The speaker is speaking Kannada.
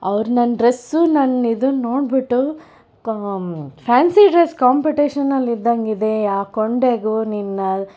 ಅವರು ನನ್ನ ಡ್ರೆಸ್ಸು ನನ್ನ ಇದು ನೋಡಿಬಿಟ್ಟು ಕಾ ಫ್ಯಾನ್ಸಿ ಡ್ರೆಸ್ ಕಾಂಪಿಟೇಷನಲ್ಲಿ ಇದ್ದಂಗೆ ಇದೆ ಆ ಕೊಂಡೆಗೂ ನಿನ್ನ